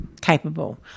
capable